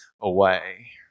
away